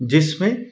जिसमें